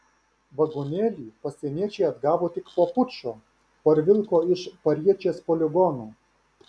vagonėlį pasieniečiai atgavo tik po pučo parvilko iš pariečės poligono